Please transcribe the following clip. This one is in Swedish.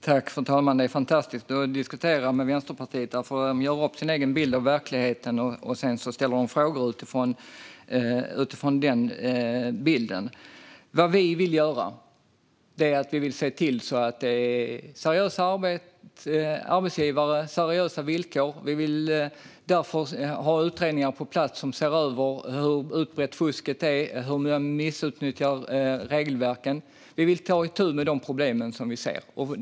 Fru talman! Det är fantastiskt att diskutera med Vänsterpartiet. De målar upp sin egen bild av verkligheten och ställer sedan frågor utifrån den bilden. Vi vill se till att det är seriösa arbetsgivare och seriösa villkor. Vi vill därför ha utredningar på plats som ser över hur utbrett fusket är och hur man missutnyttjar regelverken. Vi vill ta itu med de problem som vi ser.